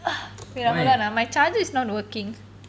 wait ah hold on ah my charger is not working